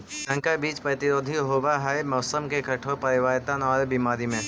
संकर बीज प्रतिरोधी होव हई मौसम के कठोर परिवर्तन और बीमारी में